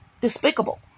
despicable